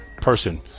person